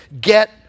Get